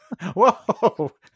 Whoa